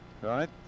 right